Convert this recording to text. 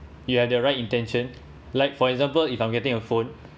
you have the right intention like for example if I'm getting a phone